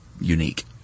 unique